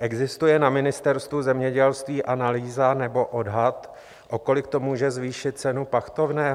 Existuje na Ministerstvu zemědělství analýza nebo odhad, o kolik to může zvýšit cenu pachtovného?